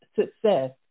success